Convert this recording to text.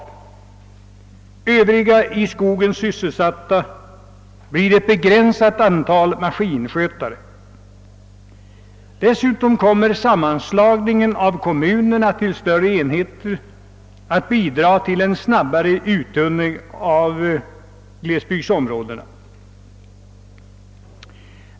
I övrigt kommer ett begränsat antal maskinskötare att sysselsättas i skogen. Dessutom kommer sammanslagningen av kommunerna till större enheter att bidra till en snabbare uttunning av glesbygdsområdena.